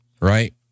right